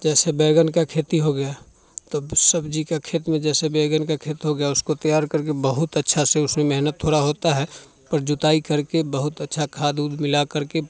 जैसे बैगन का खेती हो गया तब सब्जी का खेत में जैसे बैगन का खेत हो गया उसको तैयार करके बहुत अच्छा से उसमें मेहनत थोड़ा होता है पर जोताई करके बहुत अच्छा खाद उद मिलाकर के